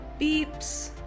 beeps